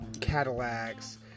cadillacs